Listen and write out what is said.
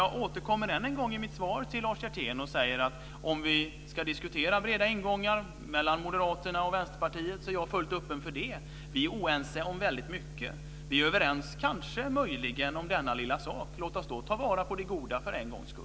Jag återkommer än en gång i mitt svar till Lars Hjertén till att om vi mellan Moderaterna och Vänsterpartiet ska diskutera breda ingångar, är jag fullt öppen för det. Vi är oense om väldigt mycket, men vi är möjligen överens om denna lilla sak. Låt oss då för en gångs skull ta vara på detta goda.